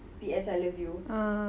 ah